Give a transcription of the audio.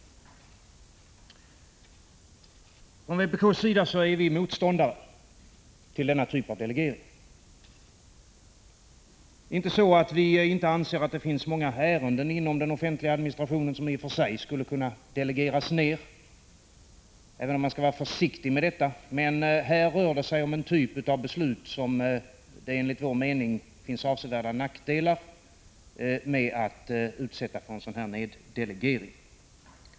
1985/86:144 vpk:s sida är vi motståndare till denna typ av delegering. Det är inte så att vi 16 maj 1986 inte anser att det inom den offentliga administrationen finns många ärenden som i och för sig skulle kunna delegeras ned — även om man skall vara försiktig med detta — men det rör sig här om en typ av beslut där det enligt vår mening är avsevärda nackdelar förenade med en sådan neddelegering.